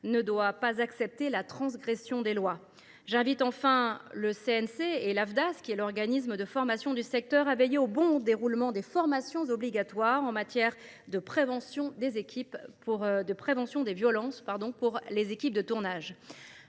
ne doit pas accepter la transgression des lois ! Enfin, j’invite le CNC et l’Afdas, l’organisme de formation du secteur, à veiller au bon déroulement des formations obligatoires sur la prévention des violences pour les équipes de tournage.